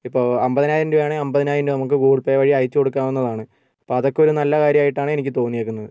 ഇപ്പോൾ അമ്പതിനായിരം രൂപയാണെങ്കിൽ അമ്പതിനായിരം രൂപ നമുക്ക് ഗൂഗിൾ പേ വഴി അയച്ച് കൊടുക്കാവുന്നതാണ് അപ്പോൾ അതൊക്കെയൊരു നല്ല കാര്യമായിട്ടാണ് എനിക്ക് തോന്നിയിരിക്കുന്നത്